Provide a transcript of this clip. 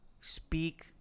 speak